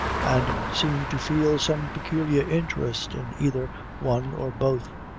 and seemed to feel some peculiar interest in either one or both.